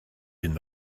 hyn